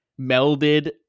melded